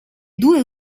due